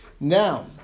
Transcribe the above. Now